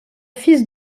fils